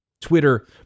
Twitter